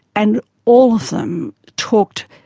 and all of them talked,